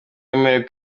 wemerewe